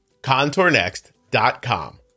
Contournext.com